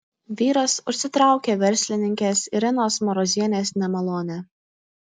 vyras užsitraukė verslininkės irenos marozienės nemalonę